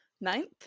Ninth